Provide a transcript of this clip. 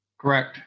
Correct